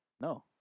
No